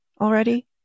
already